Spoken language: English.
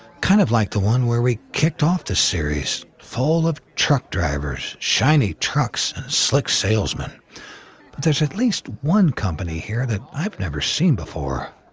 kind of like the one where we kicked off this series full of truck drivers, shiny trucks, and slick salesmen. but there's at least one company here that i've never seen before.